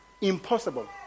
impossible